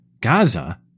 Gaza